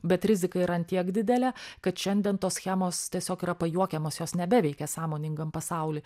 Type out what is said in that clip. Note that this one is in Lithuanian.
bet rizika yra ant tiek didelė kad šiandien tos schemos tiesiog yra pajuokiamos jos nebeveikia sąmoningam pasauly